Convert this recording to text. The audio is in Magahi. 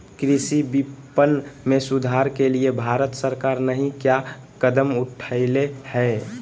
कृषि विपणन में सुधार के लिए भारत सरकार नहीं क्या कदम उठैले हैय?